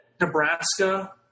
Nebraska